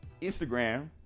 Instagram